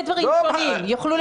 זה לא קשור.